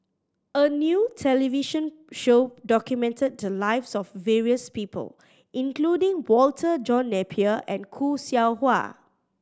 a new television show documented the lives of various people including Walter John Napier and Khoo Seow Hwa